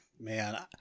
man